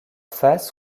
faces